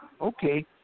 okay